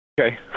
okay